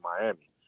Miami